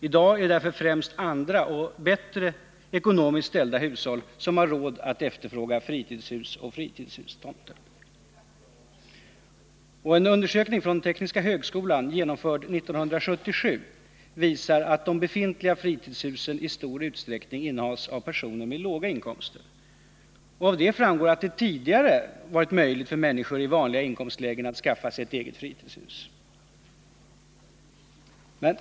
I dag är det därför främst andra, ekonomiskt bättre ställda hushåll som har råd att efterfråga fritidshus och fritidshustomter. En undersökning, som genomfördes av Tekniska högskolan 1977, visar att befintliga fritidshus i stor utsträckning innehas av personer med låga inkomster. Därav framgår att det tidigare varit möjligt för människor i vanliga inkomstlägen att skaffa sig ett eget fritidshus.